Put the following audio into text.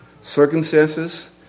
circumstances